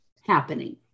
happening